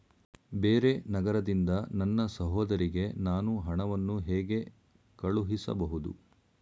ಬೇರೆ ನಗರದಿಂದ ನನ್ನ ಸಹೋದರಿಗೆ ನಾನು ಹಣವನ್ನು ಹೇಗೆ ಕಳುಹಿಸಬಹುದು?